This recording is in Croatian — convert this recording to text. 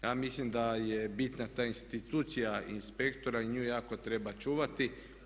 Ja mislim da je bitna ta institucija inspektora i nju jako treba čuvati.